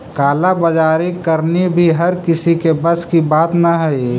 काला बाजारी करनी भी हर किसी के बस की बात न हई